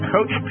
Coach